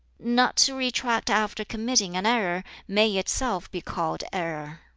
not to retract after committing an error may itself be called error.